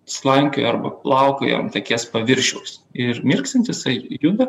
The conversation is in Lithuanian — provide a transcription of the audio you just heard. slankioja arba plaukioja ant akies paviršiaus ir mirksint jisai juda